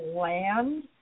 land